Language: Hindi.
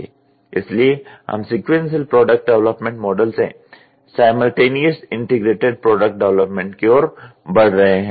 इसलिए हम सिक़्वेन्सिअल प्रोडक्ट डेवलपमेंट मॉडल से साइमल्टेनियस इंटीग्रेटेड प्रोडक्ट डेवलपमेंट की ओर बढ़ रहे हैं